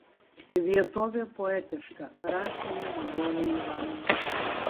vietovė poetiška rašė jis broliui ivanui